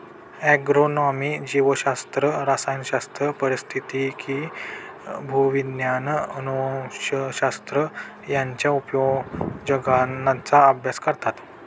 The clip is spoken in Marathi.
ॲग्रोनॉमी जीवशास्त्र, रसायनशास्त्र, पारिस्थितिकी, भूविज्ञान, अनुवंशशास्त्र यांच्या उपयोजनांचा अभ्यास करतात